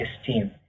esteem